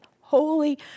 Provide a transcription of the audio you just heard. Holy